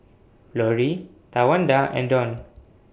Florie Tawanda and Dawn